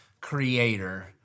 creator